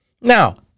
Now